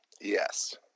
Yes